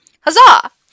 Huzzah